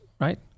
right